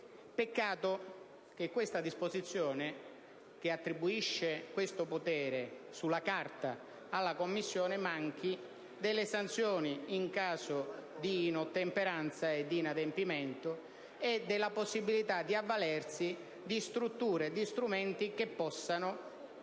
Peccato che questa disposizione, che attribuisce tale potere sulla carta alla Commissione, manchi delle sanzioni in caso di inottemperanza e di inadempimento e della possibilità di avvalersi di strutture e di strumenti che possano,